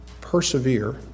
persevere